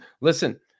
listen